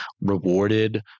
rewarded